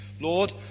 Lord